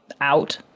out